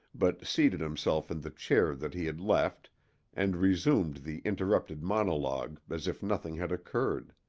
but seated himself in the chair that he had left and resumed the interrupted monologue as if nothing had occurred